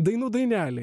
dainų dainelėj